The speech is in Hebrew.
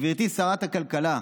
גברתי שרת הכלכלה,